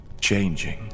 changing